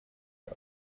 are